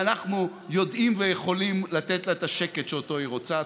ואנחנו יודעים ויכולים לתת לה את השקט שאותו היא רוצה.